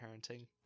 parenting